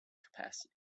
capacity